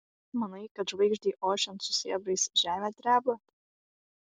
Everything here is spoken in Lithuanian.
manai kad žvaigždei ošiant su sėbrais žemė dreba